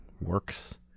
works